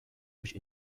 which